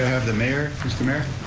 have the mayor, mr. mayor?